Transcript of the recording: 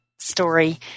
story